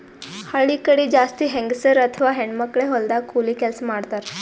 ಹಳ್ಳಿ ಕಡಿ ಜಾಸ್ತಿ ಹೆಂಗಸರ್ ಅಥವಾ ಹೆಣ್ಣ್ ಮಕ್ಕಳೇ ಹೊಲದಾಗ್ ಕೂಲಿ ಕೆಲ್ಸ್ ಮಾಡ್ತಾರ್